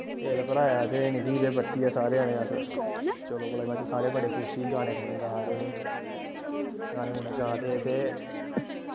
तेल भराया ते निकली पे परतियै सारे जनें अस चलो कुतै सारे बड़े खुश ही गाने गूने गा दे हे गाने गूने गा दे हे ते